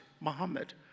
Muhammad